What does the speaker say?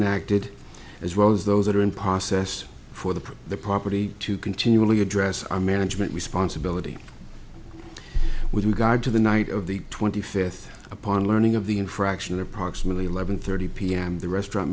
acted as well as those that are in pos s for the the property to continually address our management responsibility with regard to the night of the twenty fifth upon learning of the infraction approximately eleven thirty p m the restaurant